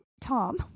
Tom